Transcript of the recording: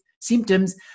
symptoms